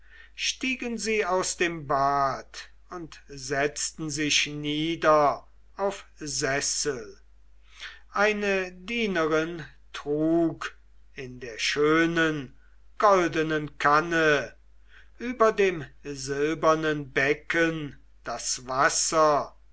stiegen sie aus dem bad und setzten sich nieder auf sessel eine dienerin trug in der schönen goldenen kanne über dem silbernen becken das wasser